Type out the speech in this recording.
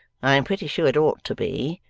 i am pretty sure it ought to be.